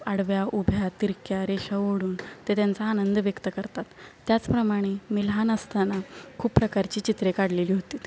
आडव्या उभ्या तिरक्या रेषा ओढून ते त्यांचा आनंद व्यक्त करतात त्याचप्रमाणे मी लहान असताना खूप प्रकारची चित्रे काढलेली होतीत